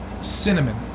cinnamon